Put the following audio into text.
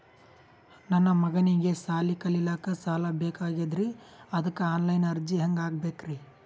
ನನ್ನ ಮಗನಿಗಿ ಸಾಲಿ ಕಲಿಲಕ್ಕ ಸಾಲ ಬೇಕಾಗ್ಯದ್ರಿ ಅದಕ್ಕ ಆನ್ ಲೈನ್ ಅರ್ಜಿ ಹೆಂಗ ಹಾಕಬೇಕ್ರಿ?